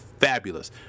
fabulous